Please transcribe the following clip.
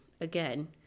again